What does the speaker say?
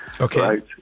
okay